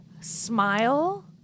Smile